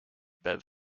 bev